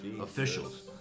Officials